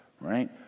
right